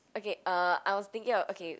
okay uh I was thinking of okay